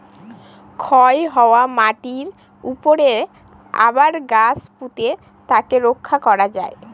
ক্ষয় হওয়া মাটিরর উপরে আবার গাছ পুঁতে তাকে রক্ষা করা হয়